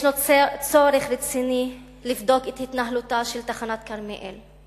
יש צורך רציני לבדוק את התנהלותה של תחנת כרמיאל,